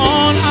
on